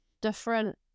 different